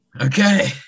okay